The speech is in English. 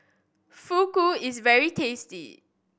Fugu is very tasty